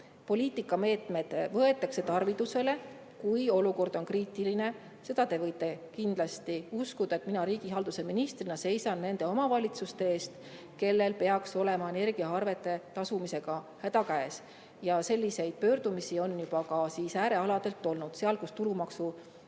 poliitikameetmed võetakse tarvitusele, kui olukord on kriitiline. Seda te võite kindlasti uskuda, et mina riigihalduse ministrina seisan nende omavalitsuste eest, kellel peaks olema energiaarvete tasumisega häda käes. Ja selliseid pöördumisi on juba äärealadelt ka tulnud, sealt, kus tulumaksu